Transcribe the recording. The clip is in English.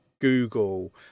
Google